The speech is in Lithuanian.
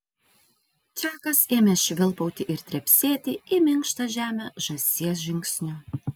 čakas ėmė švilpauti ir trepsėti į minkštą žemę žąsies žingsniu